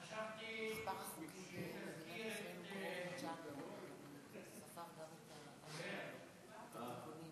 חשבתי שתזכיר את הספר "על העיוורון" של סאראמאגו.